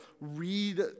read